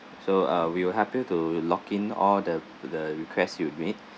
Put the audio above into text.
so uh we will help you to lock in all the the request you made